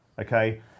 okay